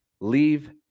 leave